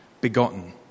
begotten